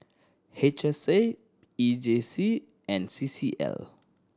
H S A E J C and C C L